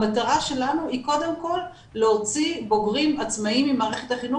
המטרה שלנו קודם כל להוציא בוגרים עצמאיים ממערכת החינוך